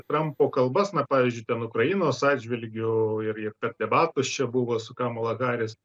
trampo kalbas na pavyzdžiui ten ukrainos atžvilgiu ir ir per debatus čia buvo su kamala haris